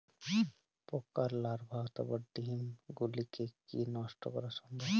পোকার লার্ভা অথবা ডিম গুলিকে কী নষ্ট করা সম্ভব?